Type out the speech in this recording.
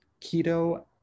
keto